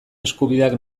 eskubideak